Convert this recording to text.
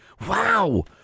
Wow